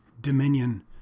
Dominion